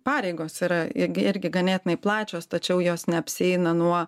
pareigos yra irgi irgi ganėtinai plačios tačiau jos neapsieina nuo